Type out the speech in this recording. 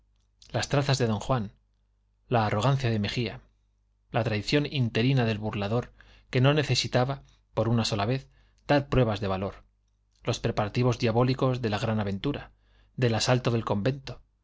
las trazas de d juan la arrogancia de mejía la traición interina del burlador que no necesitaba por una sola vez dar pruebas de valor los preparativos diabólicos de la gran aventura del asalto del convento